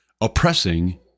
oppressing